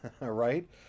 Right